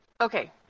Okay